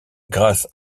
grâce